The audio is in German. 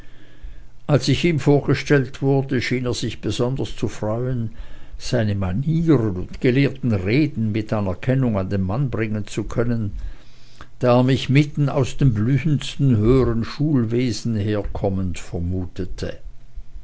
als ich ihm vorgestellt wurde schien er sich besonders zu freuen seine manieren und gelehrten reden mit anerkennung an den mann bringen zu können da er mich mitten aus dem blühendsten höhern schulwesen herkommend vermutete